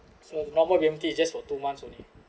so normal E_M_T just for two months only